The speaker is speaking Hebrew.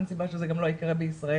אין סיבה שזה גם לא יקרה בישראל.